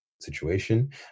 situation